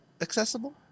accessible